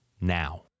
now